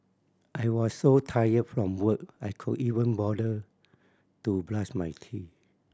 I was so tired from work I could even bother to brush my teeth